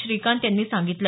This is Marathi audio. श्रीकांत यांनी सांगितलं